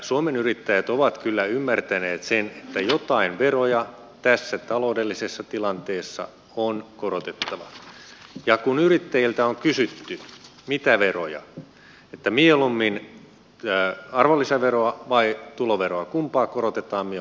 suomen yrittäjät ovat kyllä ymmärtäneet sen että joitain veroja tässä taloudellisessa tilanteessa on korotettava ja kun yrittäjiltä on kysytty kumpaa veroa korotetaan mieluummin kumpaa lasketaan mieluummin arvonlisäveroa vai tuloveroa kumpaa korotetaan ja